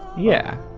yeah.